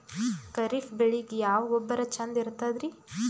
ಖರೀಪ್ ಬೇಳಿಗೆ ಯಾವ ಗೊಬ್ಬರ ಚಂದ್ ಇರತದ್ರಿ?